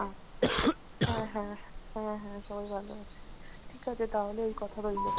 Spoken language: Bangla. আচ্ছা হ্যাঁ হ্যাঁ হ্যাঁ হ্যাঁ সবাই ভালো আছে ঠিক আছে তাহলে ওই কথা রইলো